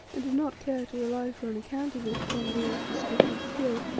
and did not care to rely for an account of it upon leo's descriptive skill,